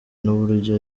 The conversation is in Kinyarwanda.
n’uburyo